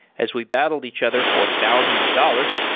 as we battled each other for thousands of dollars,